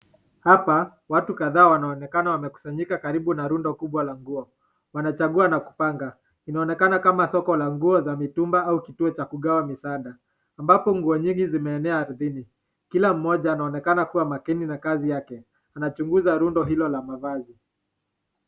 Hapa watu kadhaa wanaonekana wamekusanyika karibu na rundo kubwa la nguo. Wanachagua na kupanga. Inaonekana kama soko la nguo za mitumba au kituo cha kugawa misaada ambapo nguo nyingi zimeenea ardhini. Kila mmoja anaonekana kuwa makini na kazi yake, anachunguza rundo hilo la mavazi.